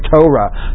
Torah